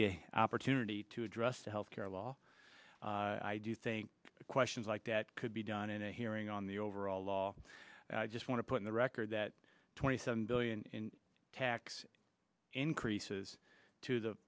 the opportunity to address the health care law i do think questions like that could be done in a hearing on the overall law i just want to put in the record that twenty seven billion in tax increases to the